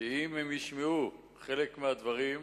שאם הם ישמעו חלק מהדברים,